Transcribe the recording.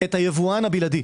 את היבואן הבלעדי.